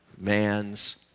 man's